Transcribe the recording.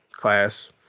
class